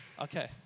Okay